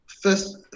First